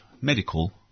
medical